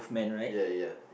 ya ya